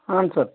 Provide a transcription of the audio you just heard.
ಹಾಂ ಸರ್